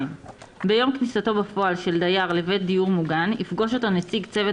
2. ביום כניסתו בפועל של דייר לבית דיור מוגן יפגוש אותו נציג צוות